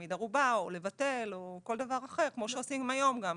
להעמיד ערובה או לבטל או כל דבר אחר כמו שעושים היום גם.